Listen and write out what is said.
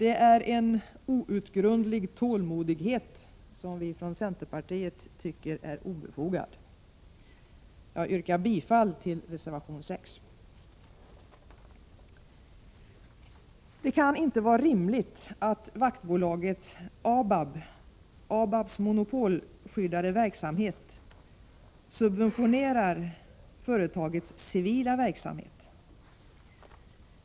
En sådan outgrundlig tålmodighet tycker vi från centerpartiet är obefogad. Jag yrkar bifall till reservation 6. Det kan inte vara rimligt att vaktbolaget ABAB:s monopolskyddade verksamhet subventionerar företagets civila verksamhet.